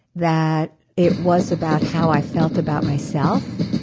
that it was about how i felt about myself,